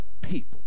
people